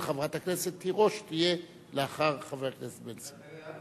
לכן חברת הכנסת תירוש תהיה לאחר חבר הכנסת בן-סימון.